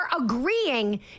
agreeing